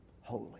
holy